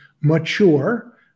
mature